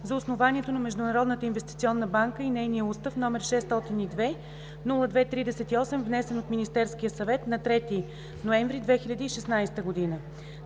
за основанието на Международната инвестиционна банка и на нейния устав, № 602-02-38, внесен от Министерския съвет на 3 ноември 2016 г.